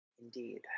Indeed